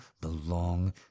belong